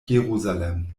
jerusalem